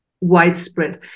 widespread